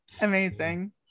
Amazing